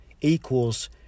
equals